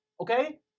Okay